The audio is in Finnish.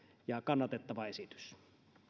ja kannatettava esitys